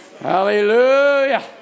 Hallelujah